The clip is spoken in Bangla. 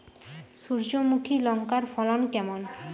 সূর্যমুখী লঙ্কার ফলন কেমন?